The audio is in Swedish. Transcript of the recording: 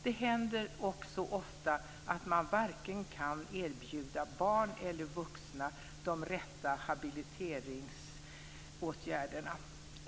Det händer också ofta att man varken kan erbjuda barn eller vuxna de rätta habiliteringsåtgärderna.